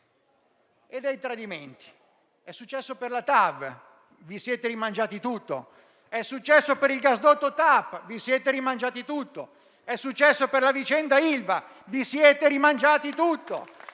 e dei tradimenti. È successo per la TAV: vi siete rimangiati tutto. È successo per il gasdotto TAP: vi siete rimangiati tutto. È successo per la vicenda Ilva: vi siete rimangiati tutto.